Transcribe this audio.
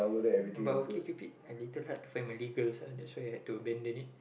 but okay Cupid a little hard to find Malay girls ah so I had to abandon it